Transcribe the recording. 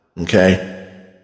Okay